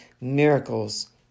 miracles